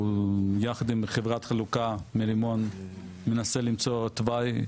יחד עם חברת החלוקה מרימון מנסה למצוא תוואי.